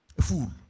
fool